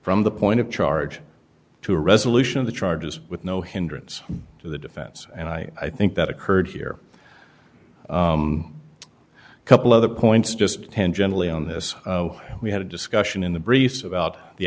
from the point of charge to a resolution of the charges with no hindrance to the defense and i think that occurred here couple other points just ten generally on this we had a discussion in the briefs about the